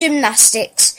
gymnastics